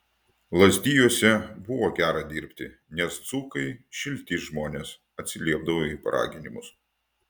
lazdijuose buvo gera dirbti nes dzūkai šilti žmonės atsiliepdavo į paraginimus